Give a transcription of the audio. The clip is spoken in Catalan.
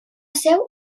seu